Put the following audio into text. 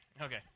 Okay